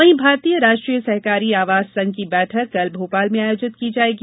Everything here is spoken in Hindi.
वहीं भारतीय राष्ट्रीय सहकारी आवास संघ की बैठक कल भोपाल में आयोजित की जायेगी